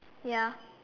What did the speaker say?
ya